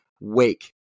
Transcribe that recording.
wake